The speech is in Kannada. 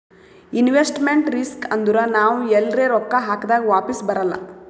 ಇನ್ವೆಸ್ಟ್ಮೆಂಟ್ ರಿಸ್ಕ್ ಅಂದುರ್ ನಾವ್ ಎಲ್ರೆ ರೊಕ್ಕಾ ಹಾಕ್ದಾಗ್ ವಾಪಿಸ್ ಬರಲ್ಲ